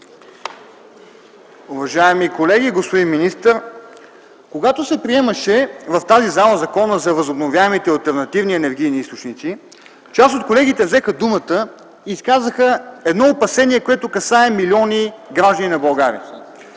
Уважаеми колеги, господин министър! Когато в тази зала се приемаше Законът за възобновяемите алтернативни енергийни източници и биогоривата, част от колегите взеха думата и изказаха едно опасение, което касае милиони граждани на България